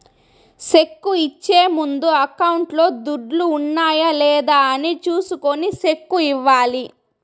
cheque ఇచ్చే ముందు అకౌంట్లో దుడ్లు ఉన్నాయా లేదా అని చూసుకొని సెక్కు ఇవ్వాలి